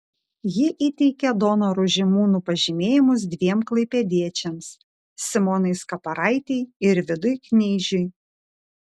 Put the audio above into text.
ji įteikė donorų žymūnų pažymėjimus dviem klaipėdiečiams simonai skaparaitei ir vidui kneižiui